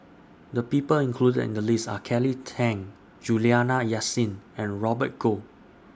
The People included in The list Are Kelly Tang Juliana Yasin and Robert Goh